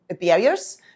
barriers